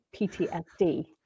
PTSD